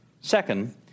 Second